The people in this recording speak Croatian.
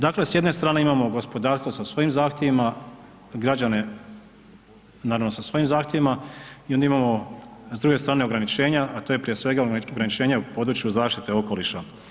Dakle, s jedne strane imamo gospodarstvo sa svojim zahtjevima, građane naravno sa svojim zahtjevima i onda imao s druge strane ograničenja, a to je prije svega ograničenje u području zaštite okoliša.